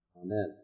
Amen